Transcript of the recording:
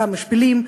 גם משפילים,